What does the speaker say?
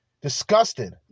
disgusted